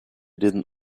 didn’t